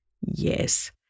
Yes